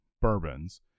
bourbons